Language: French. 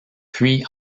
puis